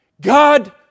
God